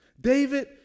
David